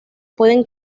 pueden